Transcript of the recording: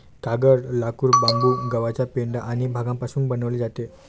कागद, लाकूड, बांबू, गव्हाचा पेंढा आणि भांगापासून बनवले जातो